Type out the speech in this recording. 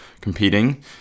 Competing